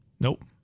Nope